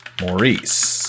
Maurice